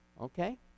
Okay